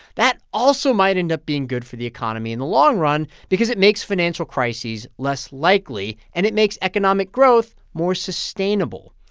that also might end up being good for the economy in the long run because it makes financial crises less likely, and it makes economic growth more sustainable.